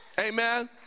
Amen